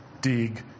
dig